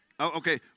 Okay